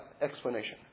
explanation